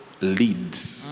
leads